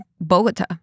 Bogota